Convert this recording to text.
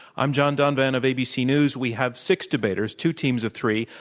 i'm john donvan of abc news. we have six debaters, two teams of three,